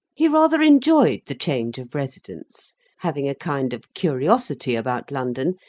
he rather enjoyed the change of residence having a kind of curiosity about london,